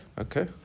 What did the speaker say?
Okay